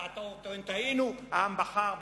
טעה, טועים, טעינו, העם בחר בכם,